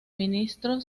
ministro